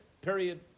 period